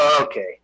Okay